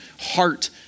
heart